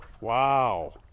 Wow